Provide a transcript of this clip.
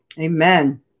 Amen